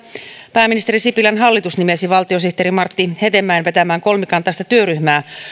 pääministeri sipilän hallitus nimesi valtiosihteeri martti hetemäen vetämään kolmikantaista työryhmää